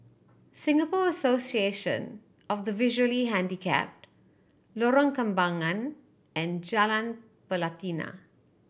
Singapore Association of the Visually Handicapped Lorong Kembangan and Jalan Pelatina